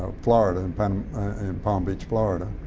ah florida and and in palm beach, florida.